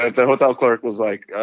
the hotel clerk was like,